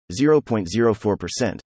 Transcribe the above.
0.04%